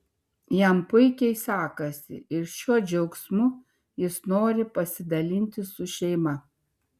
jam puikiai sekasi ir šiuo džiaugsmu jis nori pasidalinti su šeima